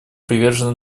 привержена